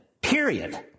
period